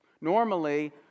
Normally